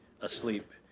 asleep